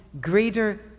greater